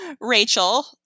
Rachel